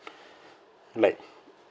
like